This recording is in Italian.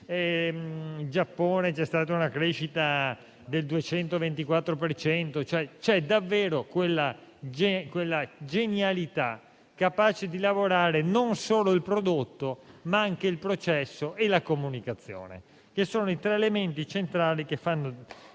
in Giappone c'è stata una crescita del 224 per cento; c'è davvero quella genialità capace di lavorare non solo il prodotto, ma anche il processo e la comunicazione, che sono i tre elementi centrali che fanno